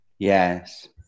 yes